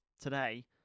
today